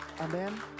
Amen